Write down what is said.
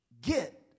Get